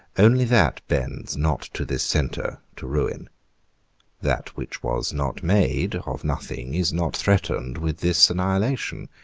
only that bends not to this centre, to ruin that which was not made of nothing is not threatened with this annihilation.